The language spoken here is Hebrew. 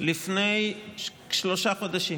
לפני שלושה חודשים.